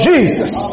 Jesus